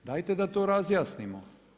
Dajte da to razjasnimo.